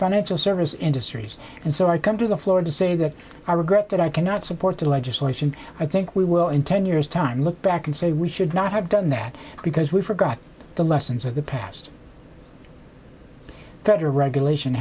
financial services industries and so i countries of florida say that i regret that i cannot support the legislation i think we will in ten years time look back and say we should not have done that because we forgot the lessons of the past that regulation